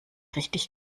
richtig